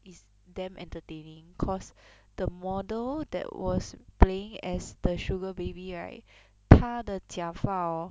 is damn entertaining cause the model that was playing as the sugar baby right 她的假发 hor